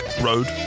Road